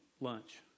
lunch